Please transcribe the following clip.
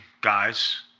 guys